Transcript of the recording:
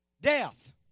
Death